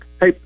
Hey